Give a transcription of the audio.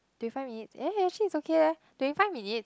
twenty five minutes eh actually it's okay leh twenty five minutes